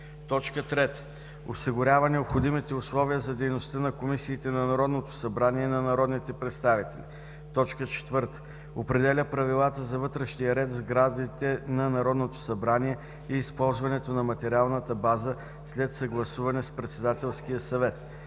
актове; 3. осигурява необходимите условия за дейността на комисиите на Народното събрание и на народните представители; 4. определя правилата за вътрешния ред в сградите на Народното събрание и използването на материалната база след съгласуване с Председателския съвет;